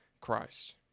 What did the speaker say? Christ